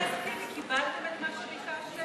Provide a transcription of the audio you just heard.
חבר הכנסת טיבי, קיבלתם את מה שביקשתם?